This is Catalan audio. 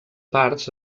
parts